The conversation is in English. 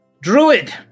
Druid